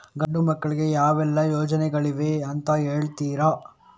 ಗಂಡು ಮಕ್ಕಳಿಗೆ ಯಾವೆಲ್ಲಾ ಯೋಜನೆಗಳಿವೆ ಅಂತ ಹೇಳ್ತೀರಾ?